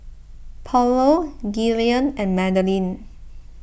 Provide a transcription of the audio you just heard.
Paulo Gillian and Madeline